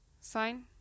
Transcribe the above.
sign